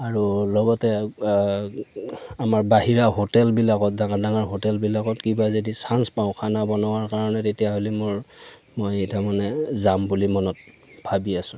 আৰু লগতে আমাৰ বাহিৰা হোটেলবিলাকত ডাঙৰ ডাঙৰ হোটেলবিলাকত কিবা যদি চান্স পাওঁ খানা বনোৱাৰ কাৰণে তেতিয়া হ'লে মোৰ মই তাৰমানে যাম বুলি মনত ভাবি আছো